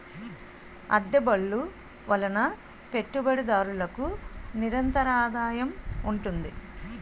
అద్దె బళ్ళు వలన పెట్టుబడిదారులకు నిరంతరాదాయం ఉంటుంది